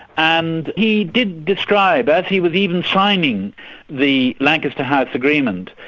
and he did describe, as he was even signing the lancaster house agreement,